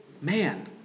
man